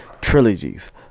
trilogies